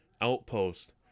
outpost